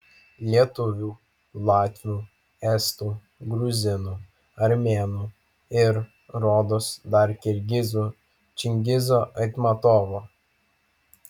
lietuvių latvių estų gruzinų armėnų ir rodos dar kirgizų čingizo aitmatovo